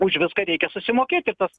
už viską reikia susimokėt ir tas